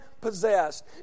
possessed